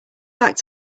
back